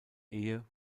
ehe